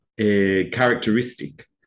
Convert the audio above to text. characteristic